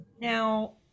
Now